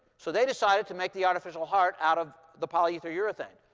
so they decided to make the artificial heart out of the polyether urethane?